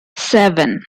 seven